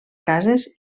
cases